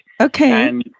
Okay